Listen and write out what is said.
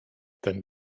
ten